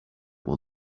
will